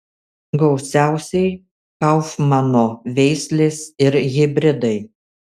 gausiausiai kaufmano veislės ir hibridai